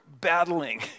battling